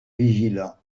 vigilants